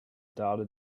data